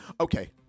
Okay